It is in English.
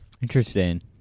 interesting